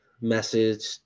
message